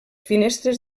finestres